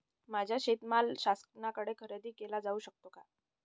माझा शेतीमाल शासनाकडे खरेदी केला जाऊ शकतो का?